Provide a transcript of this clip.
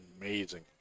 amazing